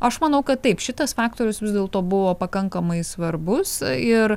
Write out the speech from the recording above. aš manau kad taip šitas faktorius vis dėlto buvo pakankamai svarbus ir